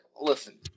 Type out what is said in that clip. listen